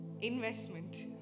Investment